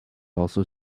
also